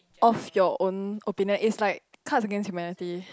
of your own opinion is like card against humanity